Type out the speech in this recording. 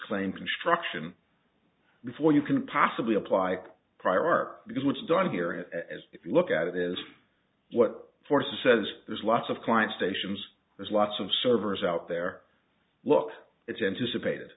claim construction before you can possibly apply prior art because what's done here as if you look at it is what forces says there's lots of client stations there's lots of servers out there look it's anticipated